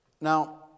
Now